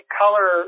color